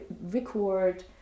record